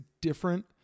different